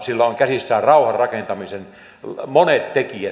sillä on käsissään rauhan rakentamiseen monet tekijät